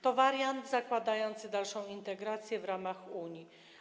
To wariant zakładający dalszą integrację w ramach Unii.